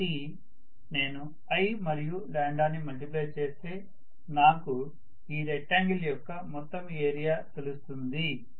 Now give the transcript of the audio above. కాబట్టి నేను i మరియు ని మల్టిప్లై చేస్తే నాకు ఈ రెక్టాంగిల్ యొక్క మొత్తం ఏరియా తెలుస్తుంది